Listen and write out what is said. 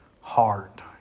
heart